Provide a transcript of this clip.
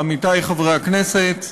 עמיתי חברי הכנסת,